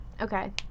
okay